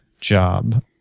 job